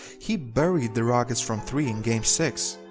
he buried the rockets from three in game six.